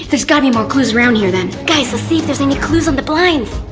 there's gotta be more clues around here then. guys, let's see if there's any clues on the blinds.